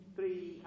Three